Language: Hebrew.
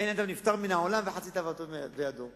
אין אדם נפטר מן העולם וחצי תאוותו בידו.